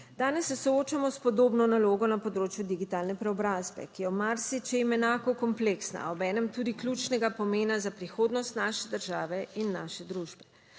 Danes se soočamo s podobno nalogo na področju digitalne preobrazbe, ki je v marsičem enako kompleksna, a obenem tudi ključnega pomena za prihodnost naše države in naše družbe.